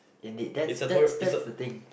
indeed that's that's that's the thing